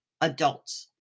adults